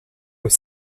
aux